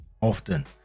Often